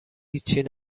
هیچی